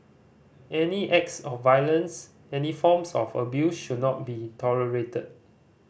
any acts of violence any forms of abuse should not be tolerated